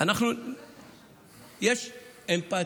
יש אמפתיה.